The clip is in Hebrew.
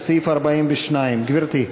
לסעיף 42. גברתי?